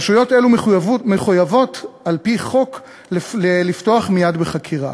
רשויות אלה מחויבות על-פי חוק לפתוח מייד בחקירה.